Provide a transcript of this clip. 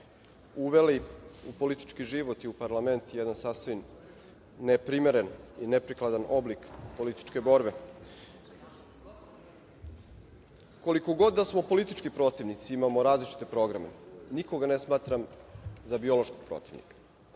uveli u politički život i u parlament jedan sasvim neprimeren i neprikladan oblik političke borbe. Koliko god da smo politički protivnici, imamo različite programe, nikoga ne smatram za biološkog protivnika.